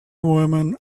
women